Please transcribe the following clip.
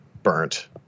Burnt